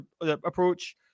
approach –